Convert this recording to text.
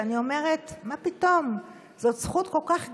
אני אומרת: מה פתאום, זו זכות כל כך גדולה.